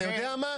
אתה יודע מה?